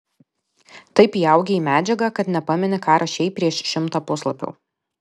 taip įaugi į medžiagą kad nepameni ką rašei prieš šimtą puslapių